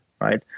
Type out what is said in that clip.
right